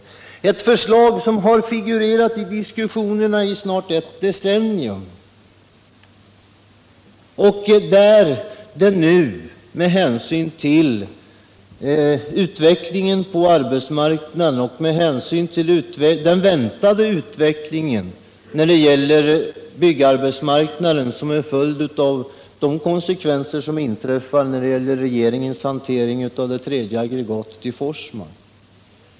Det är ett förslag som har figurerat i diskussionerna i snart ett decennium, med hänsyn till utvecklingen på arbetsmarknaden samt den väntade utvecklingen på byggarbetsmarknaden som en följd av de konsekvenser som inträffar på grund av regeringens hantering av det tredje aggregatet i Forsmark.